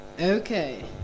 Okay